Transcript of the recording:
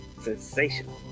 sensational